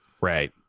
Right